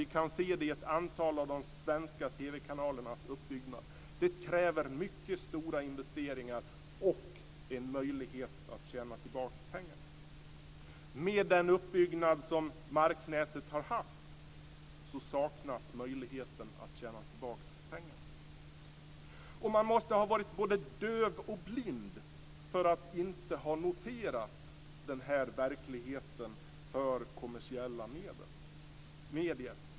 Vi kan se det i ett antal av de svenska TV-kanalernas uppbyggnad. Det kräver mycket stora investeringar och att man har en möjlighet att tjäna tillbaka pengarna. Med den uppbyggnad som marknätet har haft saknas möjligheten att tjäna tillbaka pengarna. Och man måste ha varit både döv och blind för att inte ha noterat den här verkligheten för kommersiella medier.